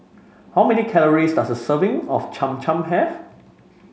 how many calories does a serving of Cham Cham have